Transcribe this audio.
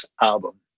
album